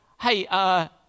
hey